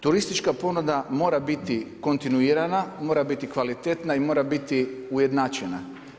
Turistička ponuda mora biti kontinuirana, mora biti kvalitetna i mora biti ujednačena.